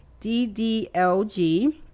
DDLG